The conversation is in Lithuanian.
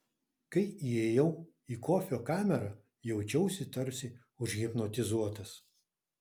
kai įėjau į kofio kamerą jaučiausi tarsi užhipnotizuotas